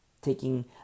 Taking